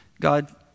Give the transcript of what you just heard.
God—